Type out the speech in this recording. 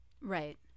Right